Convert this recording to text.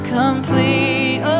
complete